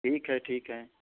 ठीक है ठीक है